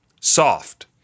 soft